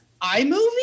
iMovie